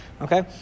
Okay